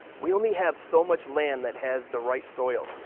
we only have so much land that has the right soil.